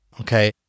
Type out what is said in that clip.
okay